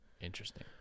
interesting